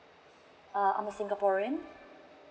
err I'm a singaporean